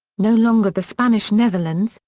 no longer the spanish netherlands,